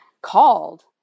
called